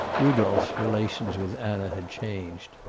rudolph's relations with anna had changed.